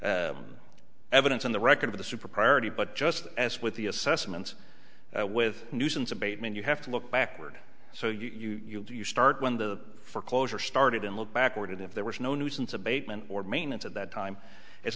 no evidence on the record of the super priority but just as with the assessments with nuisance abatement you have to look backward so you do you start when the foreclosure started and look backward if there was no nuisance abatement or maintenance at that time it's